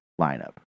lineup